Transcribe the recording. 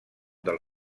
del